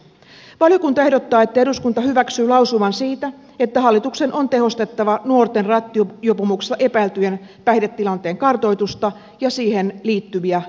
valiokunta ehdottaa että eduskunta hyväksyy lausuman siitä että hallituksen on tehostettava nuorten rattijuopumuksesta epäiltyjen päihdetilanteen kartoitusta ja siihen liittyviä jatkotoimia